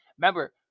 Remember